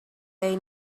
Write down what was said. they